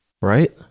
Right